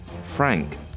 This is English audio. Frank